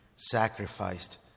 sacrificed